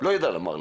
לא יודע לומר לך.